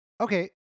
okay